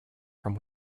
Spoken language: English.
from